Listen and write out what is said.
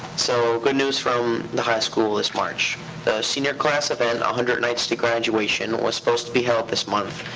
so good news from the high school this march. the senior class event, one and hundred nights to graduation, was supposed to be held this month,